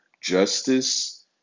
justice